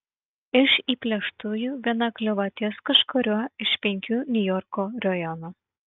iš įplėštųjų viena kliuvo ties kažkuriuo iš penkių niujorko rajonų